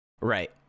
right